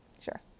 sure